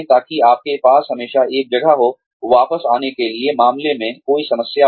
ताकि आपके पास हमेशा एक जगह हो वापस आने के लिए मामले में कोई समस्या हो